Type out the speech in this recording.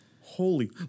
Holy